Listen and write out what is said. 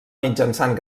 mitjançant